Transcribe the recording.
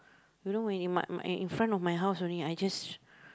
you know when in my in my in front of my house only I just